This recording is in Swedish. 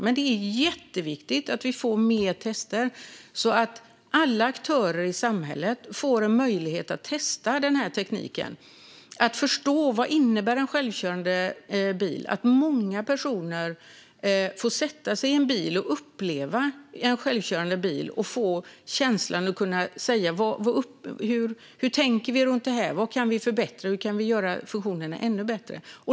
Men det är jätteviktigt att vi får fler tester, så att alla aktörer i samhället får möjlighet att testa denna teknik för att förstå vad en självkörande bil innebär. Det är viktigt att många personer får sätta sig i en bil och uppleva en självkörande bil. Hur tänker de runt detta? Vad kan förbättras? Hur kan funktionerna göras ännu bättre?